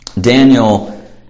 Daniel